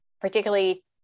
particularly